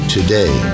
Today